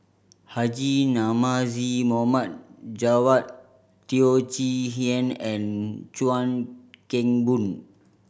Haji Namazie Mohd Javad Teo Chee Hean and Chuan Keng Boon